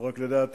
לא רק לדעתי,